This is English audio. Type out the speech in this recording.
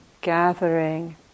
gathering